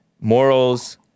Morals